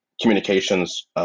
communications